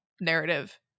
narrative